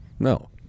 No